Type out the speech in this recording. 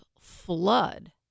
flood